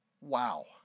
wow